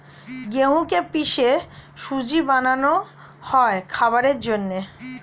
গেহুকে পিষে সুজি বানানো হয় খাবারের জন্যে